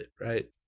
right